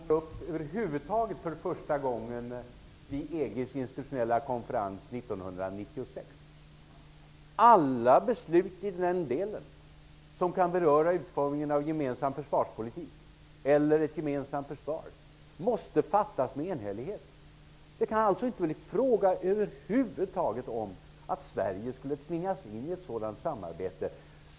Herr talman! Den här frågan tas upp för första gången vid EG:s institutionella konferens 1996. Alla beslut i den del som kan beröra utformningen av en gemensam försvarspolitik eller ett gemensamt försvar måste fattas med enhällighet. Det kan över huvud taget inte bli fråga om att Sverige skall tvingas in i ett sådant samarbete.